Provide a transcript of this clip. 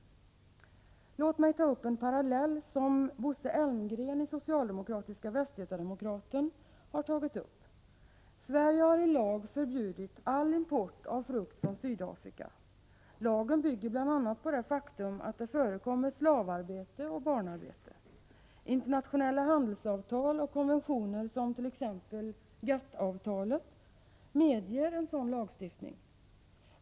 Låt mig ta upp en parallell som Bosse Elmgren berört i socialdemokratiska Västgöta-Demokraten. Sverige har i lag förbjudit all import av frukt från Sydafrika. Lagen bygger bl.a. på det faktum att det där förekommer slavarbete och barnarbete. Internationella handelsavtal och konventioner, som t.ex. GATT-avtalet, medger en sådan lagstiftning.